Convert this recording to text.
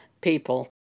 people